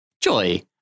Joy